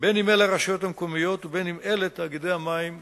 בין שאלה הרשויות המקומיות ובין שאלה תאגידי המים והביוב.